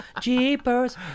Jeepers